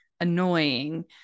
annoying